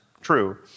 true